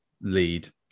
lead